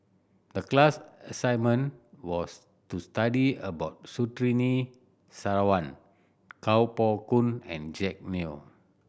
the class assignment was to study about Surtini Sarwan Kuo Pao Kun and Jack Neo